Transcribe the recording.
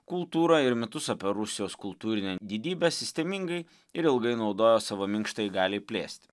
kultūrą ir mitus apie rusijos kultūrinę didybę sistemingai ir ilgai naudojo savo minkštajai galiai plėsti